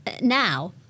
now